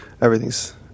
Everything's